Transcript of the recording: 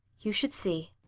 you should see.